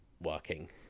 working